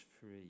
free